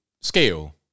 scale